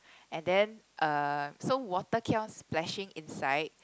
and then uh so water keep on splashing inside